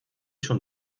schon